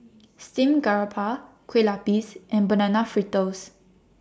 Steamed Garoupa Kueh Lupis and Banana Fritters